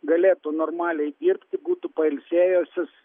galėtų normaliai dirbti būtų pailsėjusios